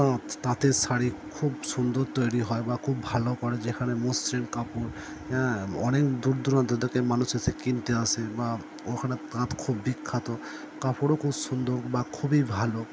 তাঁত তাঁতের শাড়ি খুব সুন্দর তৈরি হয় বা খুব ভালো করে যেখানে মসৃণ কাপড় হ্যাঁ অনেক দূর দূরান্ত থেকে মানুষ এসে কিনতে আসে বা ওখানে তাঁত খুব বিখ্যাত কাপড়ও খুব সুন্দর বা খুবই ভালো